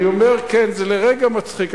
אני אומר, כן, זה לרגע מצחיק.